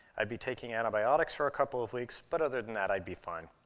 i'd be taking antibiotics for a couple of weeks, but other than that, i'd be fine.